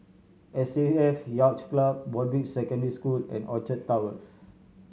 S A F Yacht Club Broadrick Secondary School and Orchard Towers